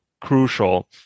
crucial